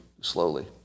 slowly